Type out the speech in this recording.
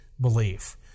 belief